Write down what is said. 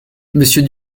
monsieur